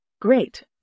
Great